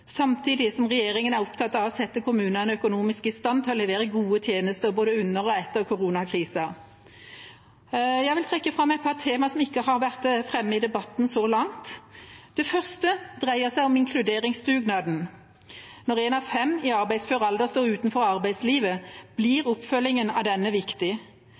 samtidig som regjeringa er opptatt av å sette kommunene økonomisk i stand til å levere gode tjenester både under og etter koronakrisen. Jeg vil trekke fram et par tema som ikke har vært framme i debatten så langt. Det første dreier seg om inkluderingsdugnaden. Når en av fem i arbeidsfør alder står utenfor arbeidslivet, blir oppfølgingen viktig.